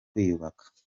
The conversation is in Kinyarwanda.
kwiyubaka